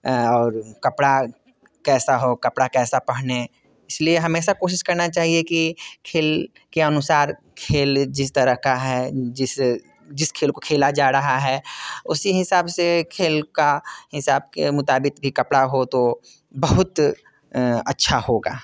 और कपड़ा कैसा हो कपड़ा कैसा पहनें इसलिए हमेशा कोशिश करना चाहिए कि खेल के अनुसार खेल जिस तरह का है जिस जिस खेल को खेला जा रहा है उसी हिसाब से खेल का हिसाब के मुताबिक भी कपड़ा हो तो बहुत अच्छा होगा